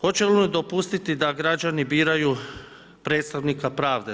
Hoće li oni dopustiti da građani biraju predstavnika pravde?